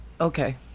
okay